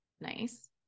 Nice